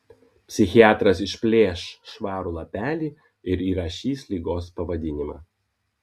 psichiatras išplėš švarų lapelį ir įrašys ligos pavadinimą